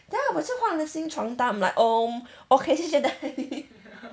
ya but 我还是换了个新床单 then I'm like um okay 谢谢大姨